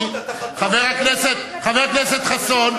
חבר הכנסת חסון,